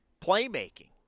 playmaking